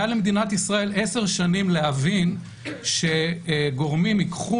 היו למדינת ישראל עשר שנים להבין שגורמים ייקחו